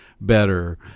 better